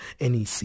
NEC